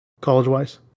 college-wise